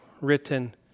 written